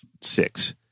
six